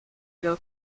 ago